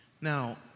Now